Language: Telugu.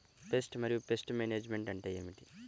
పెస్ట్ మరియు పెస్ట్ మేనేజ్మెంట్ అంటే ఏమిటి?